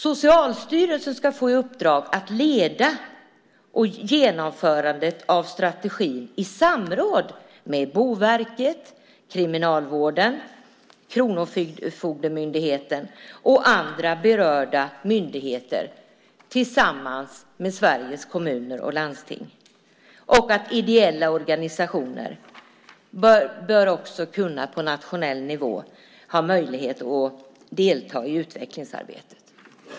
Socialstyrelsen ska få i uppdrag att leda genomförandet av strategin i samråd med Boverket, Kriminalvården, Kronofogdemyndigheten och andra berörda myndigheter tillsammans med Sveriges Kommuner och Landsting. Ideella organisationer bör också kunna ha möjlighet att på nationell nivå delta i utvecklingsarbetet.